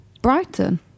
Brighton